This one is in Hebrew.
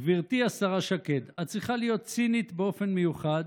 גברתי השרה שקד, את צריכה להיות צינית באופן מיוחד